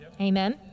Amen